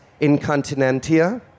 incontinentia